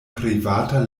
privata